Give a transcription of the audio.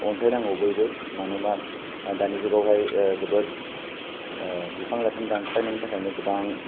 अनसायनांगौ बयबो मानोना दानि जुगाव हाय जोबोत बिफां लायफां दानस्रांनायनि थाखायनो गोबां